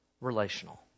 relational